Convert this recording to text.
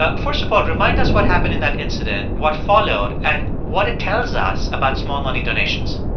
ah first of all, remind us what happened in that incident, what followed and what it tells us about small-money donations